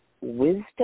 Wisdom